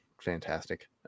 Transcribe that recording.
fantastic